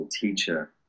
teacher